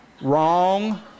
Wrong